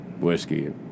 whiskey